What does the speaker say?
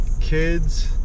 kids